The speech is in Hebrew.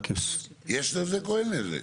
יש נזק או אין נזק?